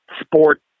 sport